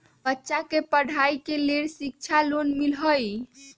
बच्चा के पढ़ाई के लेर शिक्षा लोन मिलहई?